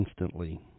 instantly